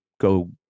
go